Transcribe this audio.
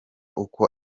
uko